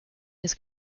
his